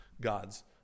God's